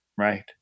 Right